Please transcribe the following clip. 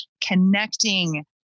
connecting